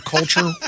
Culture